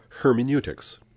hermeneutics